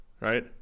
Right